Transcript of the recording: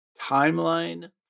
timeline